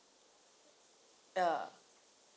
ya